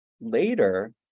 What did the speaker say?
later